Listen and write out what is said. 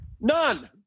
None